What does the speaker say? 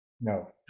no